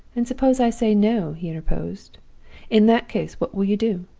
and suppose i say no he interposed. in that case, what will you do